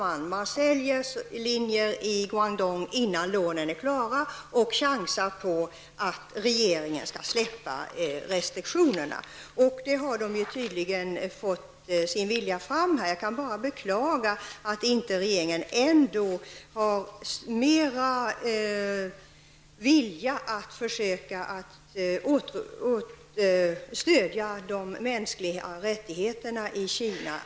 Man säljer linjer i Guandong innan lånen är klara och chansar på att regeringen skall släppa restriktionerna. Här har man tydligen fått sin vilja fram, och jag kan bara beklaga att regeringen inte har mer av vilja att försöka stödja de mänskliga rättigheterna i Kina.